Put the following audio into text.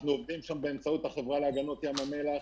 אנחנו עובדים שם באמצעות החברה להגנות ים המלח.